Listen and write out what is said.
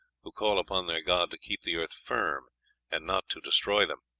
who call upon their god to keep the earth firm and not to destroy them.